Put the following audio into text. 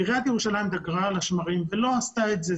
עיריית ירושלים דגרה על השמרים ולא עשתה את זה.